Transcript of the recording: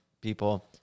people